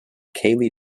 cayley